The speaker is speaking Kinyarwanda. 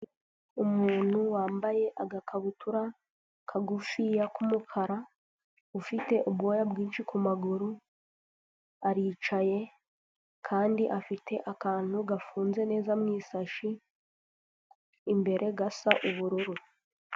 Umuntu wambaye agakabutura kagufiya k'umukara, ufite ubwoya bwinshi ku maguru, aricaye kandi afite akantu gafunze neza mu isashi, imbere gasa ubururu.